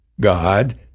God